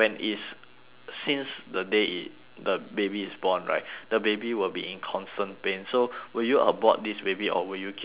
since the day it the baby is born right the baby will be in constant pain so will you abort this baby or will you keep this baby